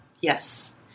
Yes